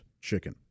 chicken